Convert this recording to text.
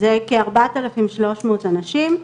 זה כארבעת אלפים שלוש מאות אנשים.